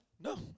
No